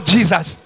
Jesus